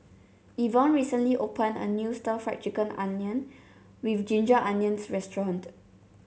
Ivonne recently opened a new stir Fry Chicken onion with Ginger Onions restaurant